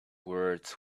words